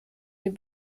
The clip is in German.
dem